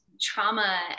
trauma